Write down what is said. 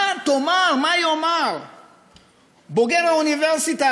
מה יאמר בוגר האוניברסיטה,